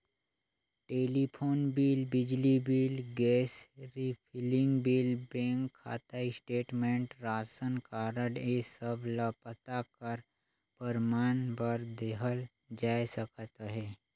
telephone bill, बिजली bill, gas refilling bill, bank खाता statement, रासन कारड ए सब ल पता कर परमान बर देहल जाए सकत अहे